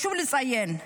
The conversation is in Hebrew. חשוב לציין,